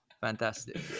Fantastic